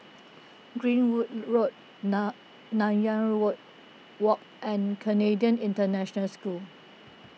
Goodwood Road Nan Nanyang Road Walk and Canadian International School